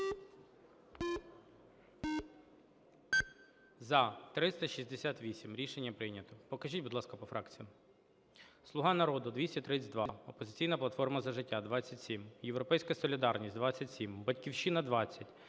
За-368 Рішення прийнято. Покажіть, будь ласка, по фракціях.